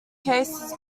case